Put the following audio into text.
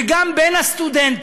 וגם בין הסטודנטים,